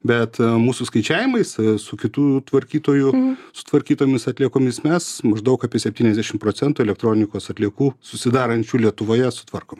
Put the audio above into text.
bet mūsų skaičiavimais su kitų tvarkytojų sutvarkytomis atliekomis mes maždaug apie septyniasdešimt procentų elektronikos atliekų susidarančių lietuvoje sutvarkom